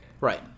Right